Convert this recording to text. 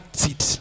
seat